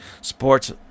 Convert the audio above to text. sports